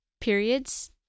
Periods